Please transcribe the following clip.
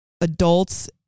adults